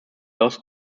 lost